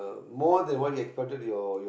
more than what you expected your your